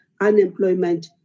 unemployment